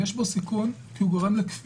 יש בו סיכון כי הוא גורם לכפייה.